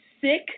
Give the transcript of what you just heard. sick